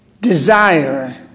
desire